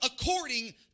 according